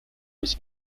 was